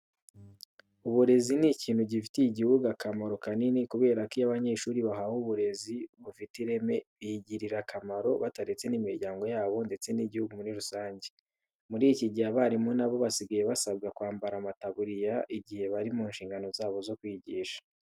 Uburezi ni ikintu gifitiye igihugu akamaro kanini kubera ko iyo abanyeshuri bahawe uburezi bufite ireme bigirira akamaro bataretse imiryango yabo ndetse n'igihugu muri rusange. Muri iki gihe abarimu na bo basigaye basabwa kwambara amataburiya igihe bari mu nshingano zabo zo kwigisha.